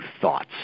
thoughts